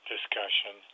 Discussion